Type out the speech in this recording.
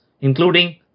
including